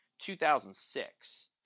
2006